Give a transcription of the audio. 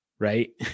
Right